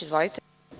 Izvolite.